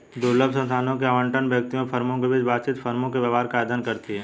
दुर्लभ संसाधनों के आवंटन, व्यक्तियों, फर्मों के बीच बातचीत, फर्मों के व्यवहार का अध्ययन करती है